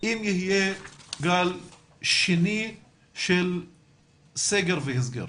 אם יהיה גל שני של סגר והסגר.